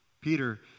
Peter